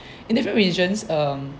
in different regions um